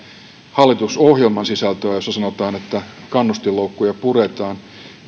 hallitusohjelman sisältöä jossa sanotaan että kannustinloukkuja puretaan